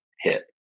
hit